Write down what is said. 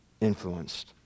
influenced